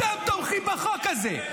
אתם תומכים בחוק הזה.